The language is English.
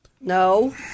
No